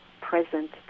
present